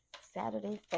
saturday